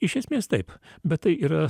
iš esmės taip bet tai yra